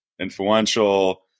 influential